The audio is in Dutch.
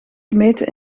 gemeten